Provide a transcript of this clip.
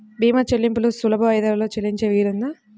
భీమా చెల్లింపులు సులభ వాయిదాలలో చెల్లించే వీలుందా?